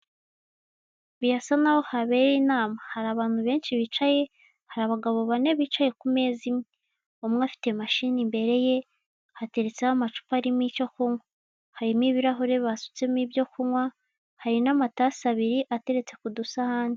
Birasa n'aho habera inama, hari abantu benshi bicaye, hari abagabo bane bicaye ku meza imwe. Umwe afite mashini imbere ye, hateretseho amacupa arimo ibyo kunywa. Harimo ibirahure basutsemo ibyo kunywa hari n'amatasi abiri ateretse ku dusahani.